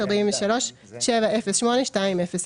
24.03.992900 ו-85.43.708200,